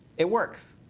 it works.